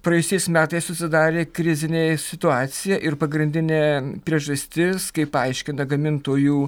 praėjusiais metais susidarė krizinė situacija ir pagrindinė priežastis kaip paaiškinta gamintojų